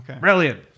Brilliant